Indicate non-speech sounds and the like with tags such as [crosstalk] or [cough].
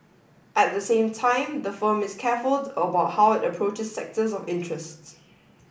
at the same time the firm is careful [unintelligible] about how it approaches sectors of interests